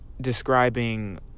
describing